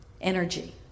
Energy